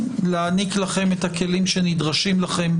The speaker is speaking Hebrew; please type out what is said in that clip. להעניק לכם את הכלים שנדרשים לכם,